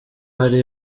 hari